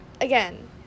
Again